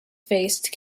faced